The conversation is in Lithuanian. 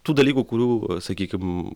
tų dalykų kurių sakykim